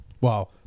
Wow